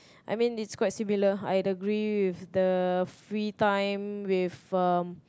I mean it's quite similar I agree with the free time with um